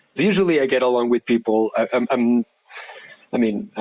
usually i get along with people and um i mean,